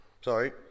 sorry